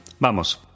¡Vamos